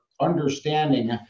understanding